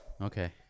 Okay